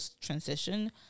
transition